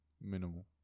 minimal